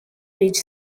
ridge